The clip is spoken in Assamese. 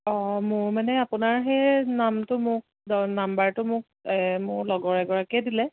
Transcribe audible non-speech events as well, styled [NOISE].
অঁ মোৰ মানে আপোনাৰ সেই নামটো মোক [UNINTELLIGIBLE] নাম্বাৰটো মোক মোৰ লগৰ এগৰাকীয়ে দিলে